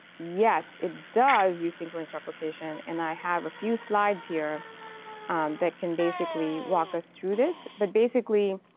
yes, it does use synchronous replication. and i have a few slides here that can basically walk us through this but basically,